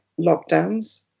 lockdowns